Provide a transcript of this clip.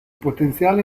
potenziale